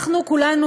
אנחנו כולנו,